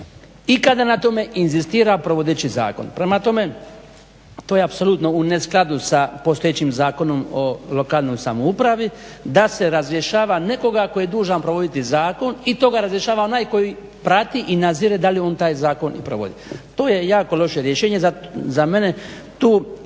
i kada na tome inzistira provodeći zakon. Prema tome to je apsolutno u ne skladu s postojećim zakonom o lokalnoj samoupravi da se razrješava nekoga tko je dužan provoditi zakon i to ga razrješava onaj koji prati i nadzire da li on taj zakon i provodi. To je jako loše rješenje za mene